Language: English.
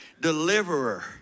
deliverer